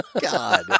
God